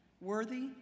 worthy